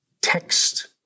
text